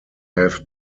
have